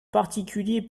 particulier